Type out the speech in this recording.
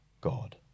God